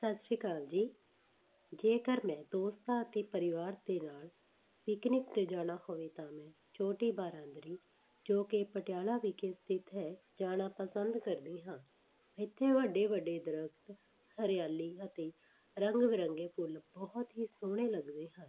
ਸਤਿ ਸ਼੍ਰੀ ਅਕਾਲ ਜੀ ਜੇਕਰ ਮੈਂ ਦੋਸਤਾਂ ਅਤੇ ਪਰਿਵਾਰ ਦੇ ਨਾਲ ਪਿਕਨਿਕ 'ਤੇ ਜਾਣਾ ਹੋਵੇ ਤਾਂ ਮੈਂ ਛੋਟੀ ਬਾਰਾਂਦਰੀ ਜੋ ਕਿ ਪਟਿਆਲਾ ਵਿਖੇ ਸਥਿਤ ਹੈ ਜਾਣਾ ਪਸੰਦ ਕਰਦੀ ਹਾਂ ਇੱਥੇ ਵੱਡੇ ਵੱਡੇ ਦਰੱਖਤ ਹਰਿਆਲੀ ਅਤੇ ਰੰਗ ਬਿਰੰਗੇ ਫੁੱਲ ਬਹੁਤ ਹੀ ਸੋਹਣੇ ਲੱਗਦੇ ਹਨ